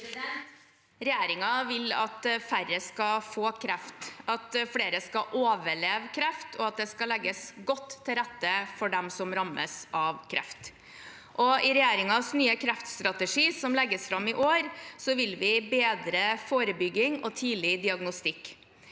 Regjeringen vil at færre skal få kreft, at flere skal overleve kreft, og at det skal legges godt til rette for dem som rammes av kreft. I regjeringens nye kreftstrategi, som legges fram i år, vil vi bedre forebygging og tidlig diagnostikk.